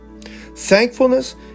Thankfulness